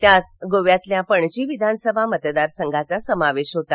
यात गोव्यातल्या पणजी विधानसभा मतदारसंघाचा समावेश होता